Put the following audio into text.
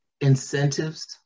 incentives